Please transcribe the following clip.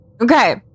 Okay